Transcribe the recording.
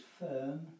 firm